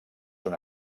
una